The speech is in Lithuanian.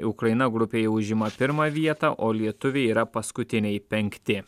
ukraina grupėje užima pirmą vietą o lietuviai yra paskutiniai penkti